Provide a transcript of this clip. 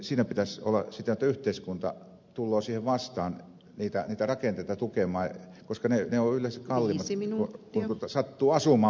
siinä pitäisi olla niin että yhteiskunta tulee vastaan niitä rakenteita tukemaan koska ne ovat yleensä kalliimmat jos sattuu asumaan pohjavesialueella